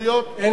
אין הסתייגויות.